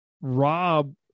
Rob